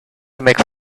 make